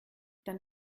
dann